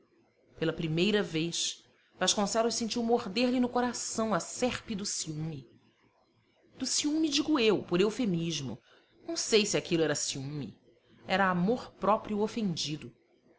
pela primeira vez vasconcelos sentiu morder lhe no coração a serpe do ciúme do ciúme digo eu por eufemismo não sei se aquilo era ciúme era amorpróprio ofendido